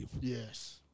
Yes